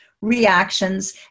reactions